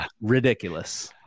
ridiculous